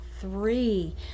three